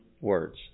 words